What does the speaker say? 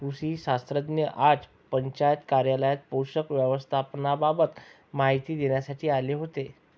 कृषी शास्त्रज्ञ आज पंचायत कार्यालयात पोषक व्यवस्थापनाबाबत माहिती देण्यासाठी आले होते